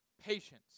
patience